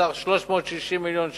בסך 360 מיליון שקל.